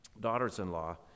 daughters-in-law